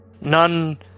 none